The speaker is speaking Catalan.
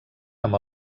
amb